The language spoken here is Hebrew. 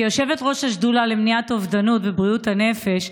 כיושבת-ראש השדולה למניעת אובדנות ובריאות הנפש,